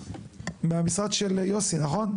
מהמשרד של יוסי, נכון?